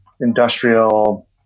industrial